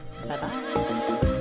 Bye-bye